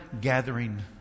gathering